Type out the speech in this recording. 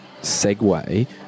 segue